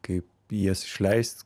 kaip jas išleist